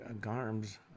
Garms